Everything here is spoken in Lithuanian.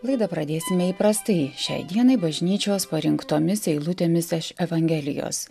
laidą pradėsime įprastai šiai dienai bažnyčios parinktomis eilutėmis iš evangelijos